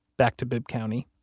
back to bibb county.